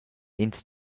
ins